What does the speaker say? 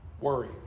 worry